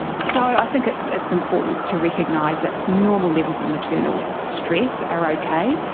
so i think it's it's important to recognise that normal levels of maternal stress are okay,